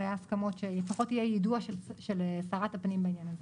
אלה היו הסכמות שלפחות יהיה יידוע של שרת הפנים בעניין הזה.